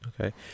Okay